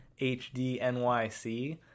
HDNYC